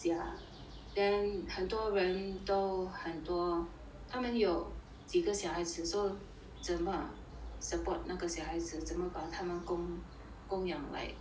then 很多人都很多他们有几个小孩子 so 怎么 support 那个小孩子怎么把它们供养 like um